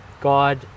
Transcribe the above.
God